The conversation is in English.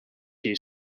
you